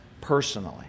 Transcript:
personally